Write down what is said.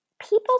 people